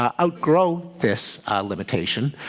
um outgrow this limitation